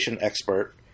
expert